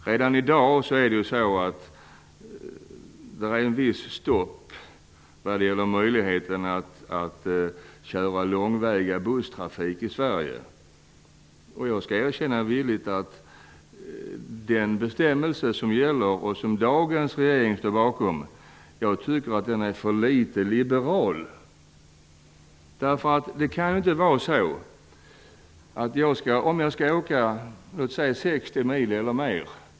Redan i dag finns det vissa begränsningar när det gäller möjligheterna att bedriva långväga busstrafik i Sverige. Jag skall villigt erkänna att den bestämmelse som gäller och som dagens regering står bakom är för litet liberal enligt mitt sätt att se. Det är inte rimligt att jag skall tvingas åka tåg om jag skall åka 60 mil eller mer.